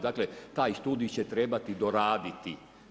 Dakle taj studij će trebati doraditi.